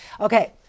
Okay